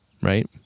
right